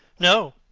no,